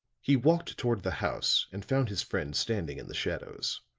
he walked toward the house and found his friend standing in the shadows.